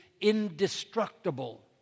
indestructible